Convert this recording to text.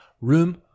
room